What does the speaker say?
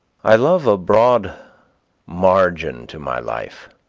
i love a broad margin to my life.